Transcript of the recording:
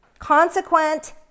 Consequent